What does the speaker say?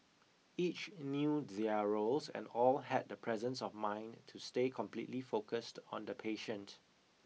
each knew their roles and all had the presence of mind to stay completely focused on the patient